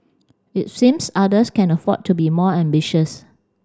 it seems others can afford to be more ambitious